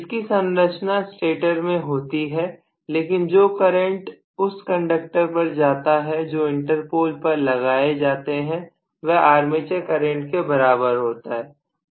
इसकी संरचना स्टेटर में होती है लेकिन जो करंट उस कंडक्टर पर जाता है जो इंटरपोल पर लगाए जाते हैं वह आर्मेचर करंट के बराबर होता है